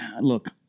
Look